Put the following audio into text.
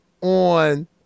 on